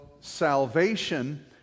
salvation